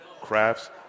crafts